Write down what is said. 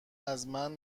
ازمن